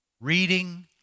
Reading